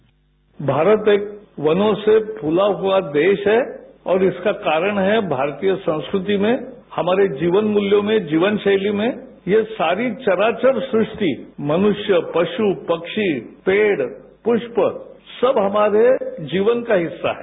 sound bite Bharat एक वनों से फूला हुआ देश है और इसका कारण है भारतीय संस्कृति में हमारे जीवन मूल्यों में जीवन शैली में ये सारी चराचर सृष्टि मनुष्य पशु पक्षी पेड़ पुष्य सब हमारे जीवन का हिस्सा हैं